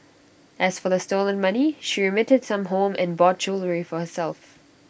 as for the stolen money she remitted some home and bought jewellery for herself